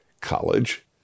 college